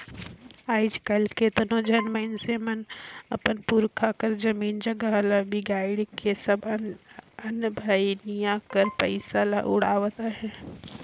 आएज काएल केतनो झन मइनसे मन अपन पुरखा कर जमीन जगहा ल बिगाएड़ के सब अनभनिया कर पइसा ल उड़ावत अहें